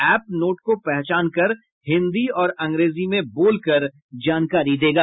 app note को पहचानकर हिन्दी और अंग्रेजी में बोलकर जानकारी देगा